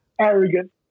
arrogant